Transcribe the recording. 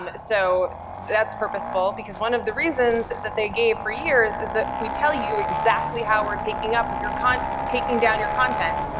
um so that's purposeful because one of the reasons that they gave for years is that if we tell you exactly how we're taking up your content, taking down your content,